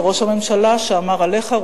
זה ראש הממשלה שאמר עליך,